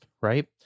right